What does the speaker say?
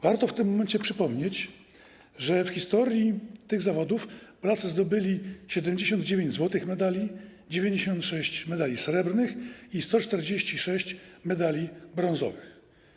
Warto w tym momencie przypomnieć, że w historii tych zawodów Polacy zdobyli 79 złotych medali, 96 medali srebrnych i 146 medali brązowych.